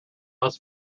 less